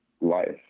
life